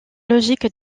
logique